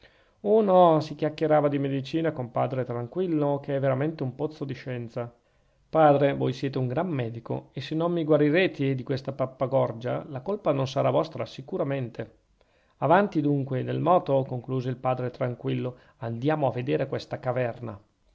no si chiacchierava di medicina con padre tranquillo che è veramente un pozzo di scienza padre voi siete un gran medico e se non mi guarirete di questa pappagorgia la colpa non sarà vostra sicuramente avanti dunque e del moto concluse il padre tranquillo andiamo a vedere questa caverna